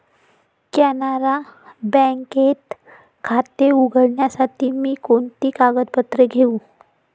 कॅनरा बँकेत खाते उघडण्यासाठी मी कोणती कागदपत्रे घेऊ?